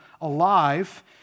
alive